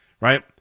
right